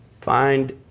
find